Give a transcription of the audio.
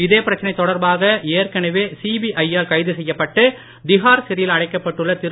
இதே பிரச்சனை தொடர்பாக ஏற்கனவே சிபிஐ யால் செய்யப்பட்டு திஹார் சிறையில் அடைக்கப்பட்டுள்ள கைக திரு